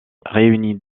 réunit